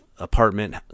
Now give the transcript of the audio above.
apartment